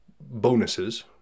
bonuses